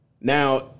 Now